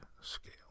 scale